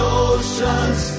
oceans